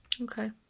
Okay